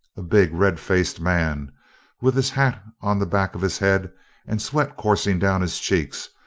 a big red-faced man with his hat on the back of his head and sweat coursing down his cheeks,